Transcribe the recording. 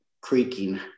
creaking